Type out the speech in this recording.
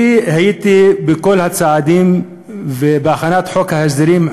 אני הייתי בכל הצעדים בהכנת חוק ההסדרים,